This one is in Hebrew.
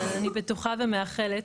אבל אני בטוחה ומאחלת